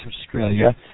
Australia